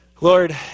Lord